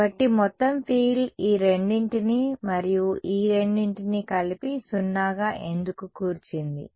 కాబట్టి మొత్తం ఫీల్డ్ ఈ రెండింటినీ మరియు ఈ రెండింటినీ కలిపి 0గా ఎందుకు కూర్చింది